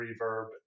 reverb